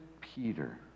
Peter